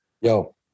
Yo